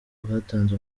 batanze